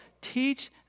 teach